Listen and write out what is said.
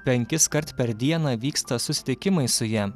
penkiskart per dieną vyksta susitikimai su ja